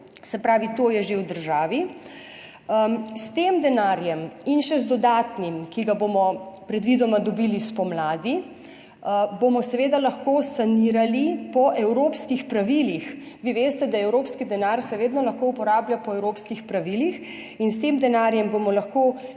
se pravi, to je že v državi. S tem denarjem in še z dodatnim, ki ga bomo predvidoma dobili spomladi, bomo seveda lahko sanirali po evropskih pravilih. Vi veste, da se lahko evropski denar vedno uporablja po evropskih pravilih in s tem denarjem bomo lahko